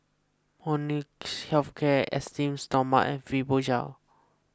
Molnylcke Health Care Esteem Stoma and Fibogel